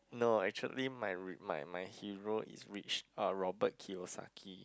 no actually my r~ my my hero is rich uh Robert-Kirosaki